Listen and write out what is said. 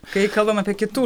kai kalbam apie kitų